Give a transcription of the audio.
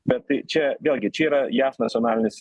bet tai čia vėlgi čia yra jav nacionalinis i